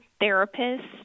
therapists